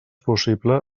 possible